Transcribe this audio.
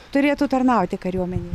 turėtų tarnauti kariuomenėje